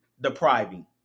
depriving